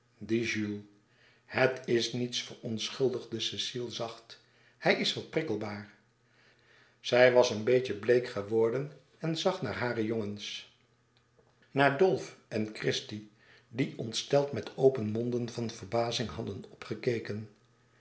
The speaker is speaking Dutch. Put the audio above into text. het is niets verontschuldigde cecile zacht hij is wat prikkelbaar zij was een beetje bleek geworden en zag naar hare jongens naar dolf en christie die ontsteld met open monden van verbazing hadden opgekeken